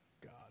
god